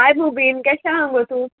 हाय मेबीन केशें आहा गो तूं